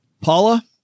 Paula